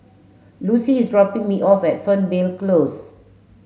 Lucie is dropping me off at Fernvale Close